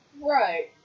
Right